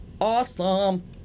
Awesome